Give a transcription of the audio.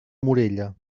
morella